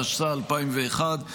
התשס"א 2001,